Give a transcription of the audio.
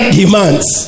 demands